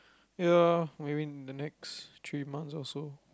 ya maybe the next three months or so